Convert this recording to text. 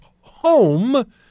home